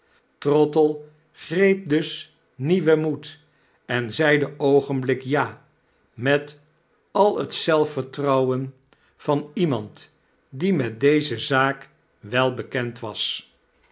trottle greep dus nieuwen moed en zeide oogenblikkelijk ja met al het zelfvertrouwen van dickens juffrouw urriper em een huis te huur iemand die met deze zaak wel bekend was